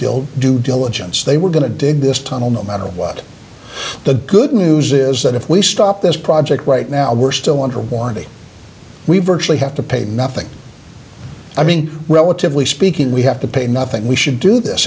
build due diligence they were going to dig this tunnel no matter what the good news is that if we stop this project right now we're still under warranty we virtually have to pay nothing i mean relatively speaking we have to pay nothing we should do this